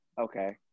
Okay